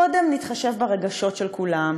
קודם נתחשב ברגשות של כולם,